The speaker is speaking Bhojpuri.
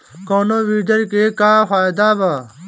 कौनो वीडर के का फायदा बा?